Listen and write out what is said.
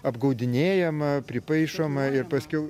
apgaudinėjama pripaišoma ir paskiau